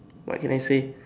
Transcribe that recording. what can I say